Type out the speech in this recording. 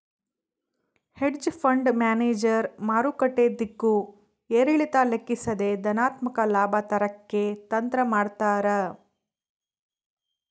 hedge fund manager ಮಾರುಕಟ್ಟೆ ದಿಕ್ಕು ಏರಿಳಿತ ಲೆಕ್ಕಿಸದೆ ಧನಾತ್ಮಕ ಲಾಭ ತರಕ್ಕೆ ತಂತ್ರ ಮಾಡ್ತಾರ